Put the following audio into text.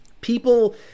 people